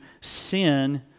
sin